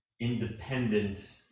independent